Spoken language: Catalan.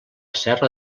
serra